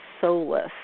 solace